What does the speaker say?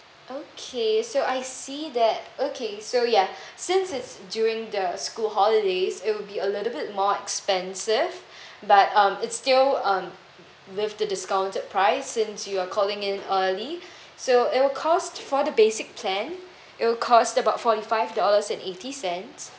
okay so I see that okay so ya since it's during the school holidays it will be a little bit more expensive but um it's still um with the discounted price since you're calling in early so it will cost for the basic plan it will cost about forty five dollars and eighty cents